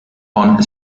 von